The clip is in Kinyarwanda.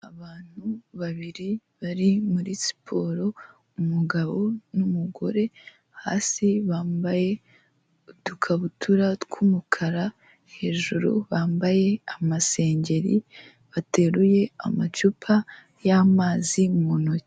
Abantu babiri bari muri siporo umugabo n'umugore, hasi bambaye udukabutura tw'umukara hejuru bambaye amasengeri bateruye amacupa y'amazi mu ntoki.